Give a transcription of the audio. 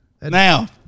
Now